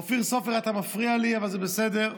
אופיר סופר, אתה מפריע לי, אבל זה בסדר.